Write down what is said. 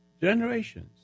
generations